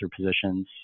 positions